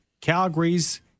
Calgary's